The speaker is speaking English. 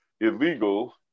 illegal